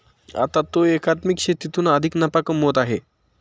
आता तो एकात्मिक शेतीतून अधिक नफा कमवत आहे